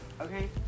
okay